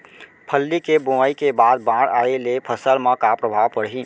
फल्ली के बोआई के बाद बाढ़ आये ले फसल मा का प्रभाव पड़ही?